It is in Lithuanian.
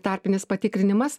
tarpinis patikrinimas